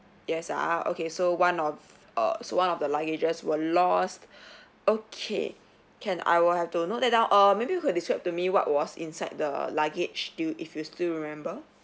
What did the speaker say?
yes ah okay so one of err so one of the luggages were lost okay can I will have to note that down err maybe you can describe to me what was inside the luggage do you if you still remember